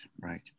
right